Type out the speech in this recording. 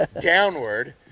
downward